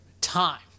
time